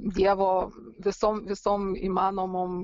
dievo visom visom įmanomom